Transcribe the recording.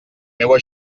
meua